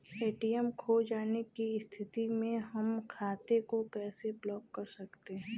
ATM खो जाने की स्थिति में हम खाते को कैसे ब्लॉक कर सकते हैं?